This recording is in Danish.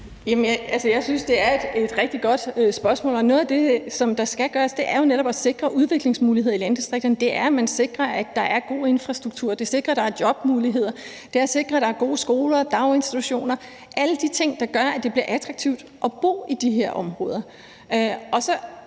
Jeg synes, det er et rigtig godt spørgsmål. Noget af det, der skal gøres, er netop at sikre udviklingsmuligheder i landdistrikterne ved netop at sikre, at der er en god infrastruktur og jobmuligheder, at der er gode skoler og daginstitutioner – altså alle de ting, der gør, at det bliver attraktivt at bo i de her områder.